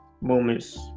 moments